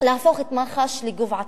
היתה הצעת חוק להפוך את מח"ש לגוף עצמאי.